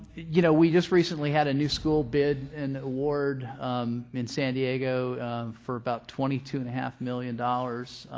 you know, we just recently had a new school bid and award in san diego for about twenty two and a half million dollars.